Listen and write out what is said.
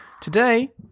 Today